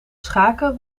schaken